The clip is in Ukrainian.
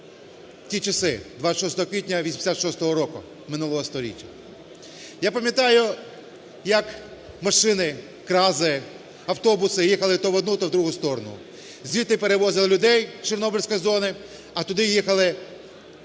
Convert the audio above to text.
ті часи 26 квітня 86-го року минулого століття. Я пам'ятаю як машини, КРАЗи, автобуси, їхали то в одну то в другу сторону. Звідти перевозили людей з Чорнобильської зони, а туди їхали